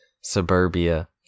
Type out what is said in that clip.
suburbia